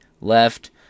left